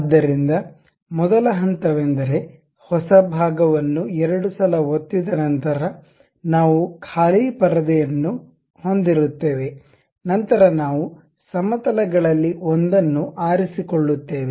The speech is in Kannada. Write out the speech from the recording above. ಆದ್ದರಿಂದ ಮೊದಲ ಹಂತವೆಂದರೆ ಹೊಸ ಭಾಗ ವನ್ನು ಎರಡು ಸಲ ಒತ್ತಿದ ನಂತರ ನಾವು ಖಾಲಿ ಪರದೆ ಯನ್ನು ಹೊಂದಿರುತ್ತೇವೆ ನಂತರ ನಾವು ಸಮತಲಗಳಲ್ಲಿ ಒಂದನ್ನು ಆರಿಸಿಕೊಳ್ಳುತ್ತೇವೆ